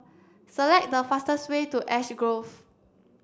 select the fastest way to Ash Grove